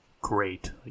great